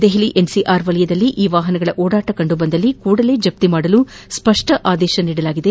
ದೆಪಲಿ NCR ವಲಯದಲ್ಲಿ ಈ ವಾಹನಗಳ ಓಡಾಟ ಕಂಡುಬಂದಲ್ಲಿ ಕೂಡಲೇ ಜಪ್ತಿ ಮಾಡಲು ಸ್ಪಷ್ನ ಆದೇಶ ನೀಡಲಾಗಿದೆ